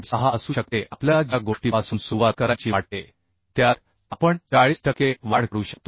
6 असू शकते आपल्याला ज्या गोष्टीपासून सुरुवात करायची वाटते त्यात आपण 40 टक्के वाढ करू शकतो